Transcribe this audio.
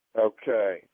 Okay